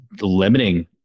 Limiting